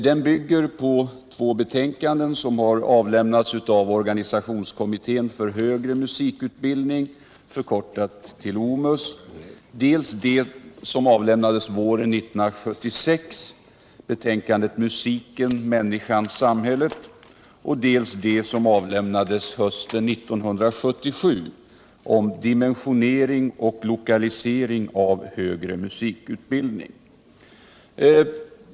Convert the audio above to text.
Den bygger på två betänkanden som har avlämnats av organisationskommittén för högre mu sikutbildning — OMUS -— nämligen dels det betänkande som avlämnades våren 1976, Musiken-människan-samhället, dels det betänkande som avlämnades hösten 1977, Dimensionering och lokalisering av den högre musikutbildningen.